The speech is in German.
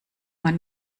man